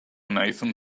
nathan